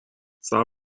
صبر